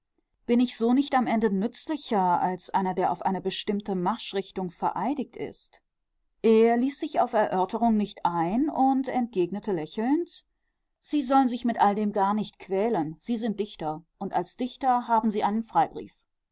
bin ich so nicht am ende nützlicher als einer der auf eine bestimmte marschrichtung vereidigt ist er ließ sich auf erörterung nicht ein und entgegnete lächelnd sie sollen sich mit all dem gar nicht quälen sie sind dichter und als dichter haben sie einen freibrief